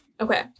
Okay